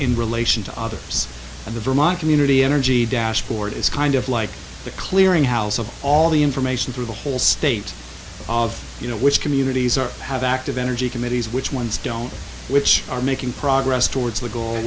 in relation to others and the vermont community energy dashboard is kind of like the clearinghouse of all the information through the whole state of you know which communities are have active energy committees which ones don't which are making progress towards the goal